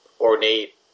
ornate